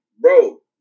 bro